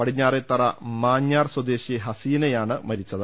പടിഞ്ഞാറേത്തറ മാഞ്ഞാർ സ്വദേശി ഹസീനയാണ് മരിച്ചത്